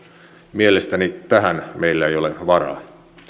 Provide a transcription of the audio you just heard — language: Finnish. mielestäni tähän meillä ei ole varaa